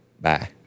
Bye